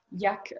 jak